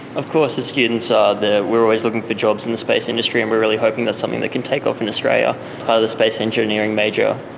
of course the students ah are, we are always looking for jobs in the space industry and we are really hoping that's something that can take off in australia. part of the space engineering major,